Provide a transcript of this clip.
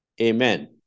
Amen